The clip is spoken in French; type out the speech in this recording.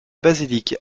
basilique